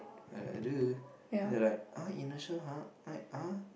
uh duh then they like err inertia [huh] like uh